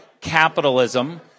capitalism